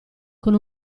con